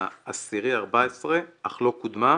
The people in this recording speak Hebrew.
וב-7.10.214 אך לא קודמה.